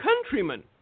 countrymen